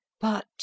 But